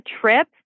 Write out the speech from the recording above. trip